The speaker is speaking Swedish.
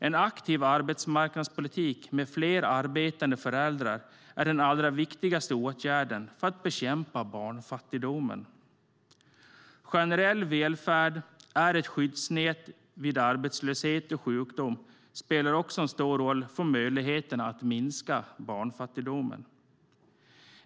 En aktiv arbetsmarknadspolitik med fler arbetande föräldrar är den allra viktigaste åtgärden för att bekämpa barnfattigdomen. Generell välfärd med ett skyddsnät vid arbetslöshet och sjukdom spelar också en stor roll för möjligheterna att minska barnfattigdomen.